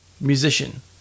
Musician